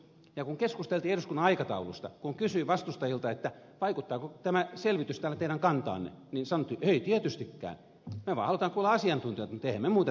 kun keskusteltiin eduskunnan aikataulusta ja kysyin vastustajilta vaikuttaako tämä selvitys täällä teidän kantaanne niin sanottiin ei tietystikään me vaan halutaan kuulla asiantuntijoita mutta eihän me muuteta kantaamme mihinkään